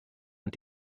und